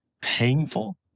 painful